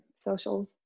socials